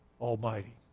Almighty